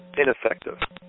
Ineffective